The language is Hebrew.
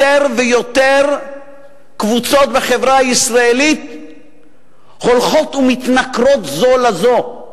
יותר ויותר קבוצות בחברה הישראלית הולכות ומתנכרות זו לזו,